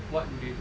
what do they do